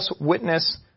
witness